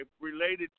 related